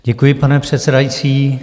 Děkuji, pane předsedající.